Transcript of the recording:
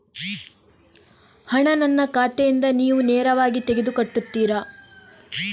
ಹಣ ನನ್ನ ಖಾತೆಯಿಂದ ನೀವು ನೇರವಾಗಿ ತೆಗೆದು ಕಟ್ಟುತ್ತೀರ?